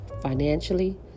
financially